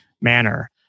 manner